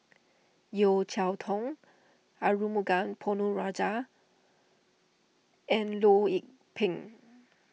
Yeo Cheow Tong Arumugam Ponnu Rajah and Loh Lik Peng